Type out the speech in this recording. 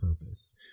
purpose